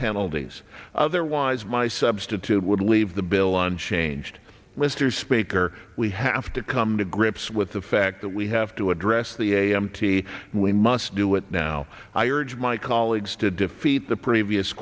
penalties otherwise my substitute would leave the bill on changed mr speaker we have to come to grips with the fact that we have to address the a m t we must do it now i urge my colleagues to defeat the previous